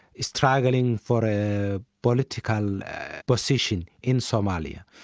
is travelling for a political position in somalia.